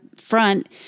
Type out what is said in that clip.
front